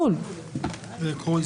נתקדם.